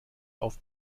auf